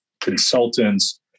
consultants